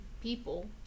people